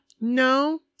No